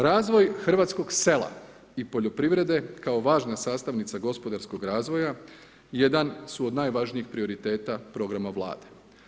Razvoj hrvatskog sela i poljoprivrede kao važna sastavnica gospodarskog razvoja jedan su od najvažnijih prioriteta programa vlade.